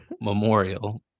memorial